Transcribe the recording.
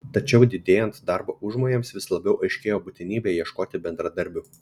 tačiau didėjant darbo užmojams vis labiau aiškėjo būtinybė ieškoti bendradarbių